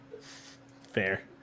Fair